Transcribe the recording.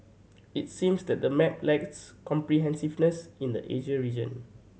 it seems that the map lacks comprehensiveness in the Asia region